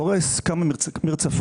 והורס כמה מרצפות.